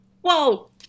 Whoa